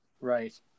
Right